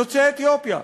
יוצאי אתיופיה.